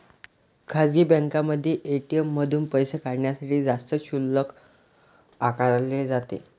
खासगी बँकांमध्ये ए.टी.एम मधून पैसे काढण्यासाठी जास्त शुल्क आकारले जाते